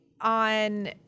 on